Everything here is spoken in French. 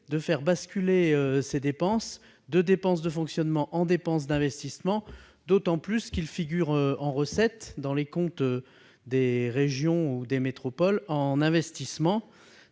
de faire basculer ces dépenses de dépenses de fonctionnement en dépenses d'investissement, d'autant plus qu'elles figurent dans les comptes des régions ou des métropoles en section d'investissement.